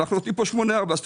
אנחנו נותנים כאן 8.4 אחוזים.